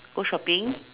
go shopping